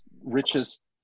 richest